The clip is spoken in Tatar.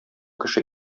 кеше